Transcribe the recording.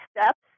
steps